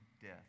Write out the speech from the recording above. death